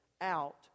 out